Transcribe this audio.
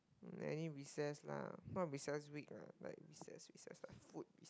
any recess lah not recess week ah like recess recess a lot of food